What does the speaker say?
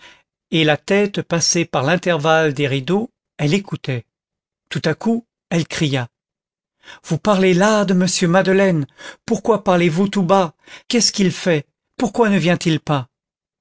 et la tête passée par l'intervalle des rideaux elle écoutait tout à coup elle cria vous parlez là de monsieur madeleine pourquoi parlez-vous tout bas qu'est-ce qu'il fait pourquoi ne vient-il pas